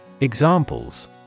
Examples